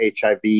HIV